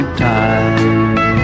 time